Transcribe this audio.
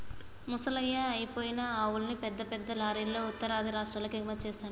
ముసలయ్యి అయిపోయిన ఆవుల్ని పెద్ద పెద్ద లారీలల్లో ఉత్తరాది రాష్టాలకు ఎగుమతి జేత్తన్నరు